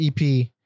EP